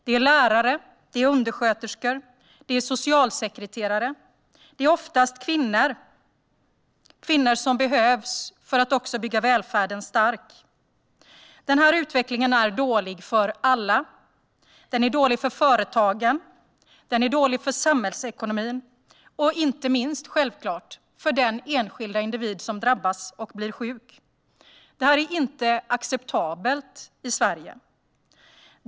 Det är lärare, undersköterskor och socialsekreterare, och det är oftast kvinnor - kvinnor som behövs för att bygga välfärden stark. Denna utveckling är dålig för alla. Den är dålig för företagen, den är dålig för samhällsekonomin och den är självklart dålig inte minst för den enskilda individ som drabbas och blir sjuk. Detta är inte acceptabelt i Sverige.